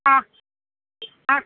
ಹಾಂ ಹಾಂ